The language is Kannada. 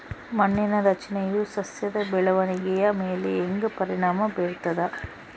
ಮಣ್ಣಿನ ರಚನೆಯು ಸಸ್ಯದ ಬೆಳವಣಿಗೆಯ ಮೇಲೆ ಹೆಂಗ ಪರಿಣಾಮ ಬೇರ್ತದ?